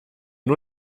nur